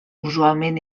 usualment